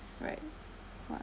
right what